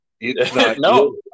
No